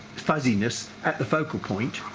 fuzziness at the focal point.